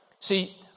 See